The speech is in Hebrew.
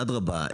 אדרבה,